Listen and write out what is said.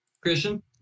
Christian